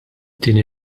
tieni